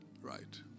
Right